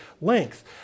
length